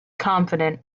confident